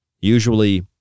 Usually